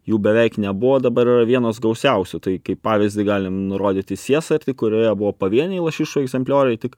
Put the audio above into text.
jų beveik nebuvo dabar yra vienos gausiausių tai kaip pavyzdį galim nurodyti siesartį kurioje buvo pavieniai lašišų egzemplioriai tik